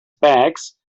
bags